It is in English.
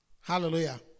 Hallelujah